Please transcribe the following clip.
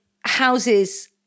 houses